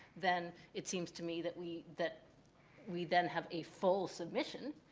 then it seems to me that we that we then have a full submission.